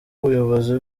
ubuyobozi